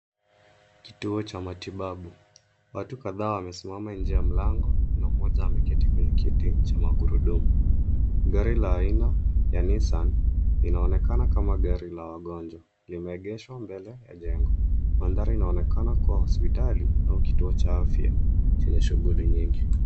Kituo cha matibabu. Watu kadhaa wamesimama nje ya mlango na mmoja ameketi kwenye kiti cha magurudumu. Gari la aina ya Nissan, linaonekana kama gari la wagonjwa, limeegeshwa mbele ya jengo. Mandhari inaonekana kuwa hospitali, au kituo cha afya, chenye shughuli nyingi.